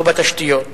לא בתשתיות,